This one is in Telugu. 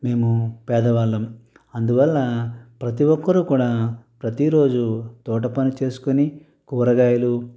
మేము పేదవాళ్ళం అందువల్ల ప్రతి ఒక్కరు కూడా ప్రతిరోజు తోట పని చేసుకొని కూరగాయలు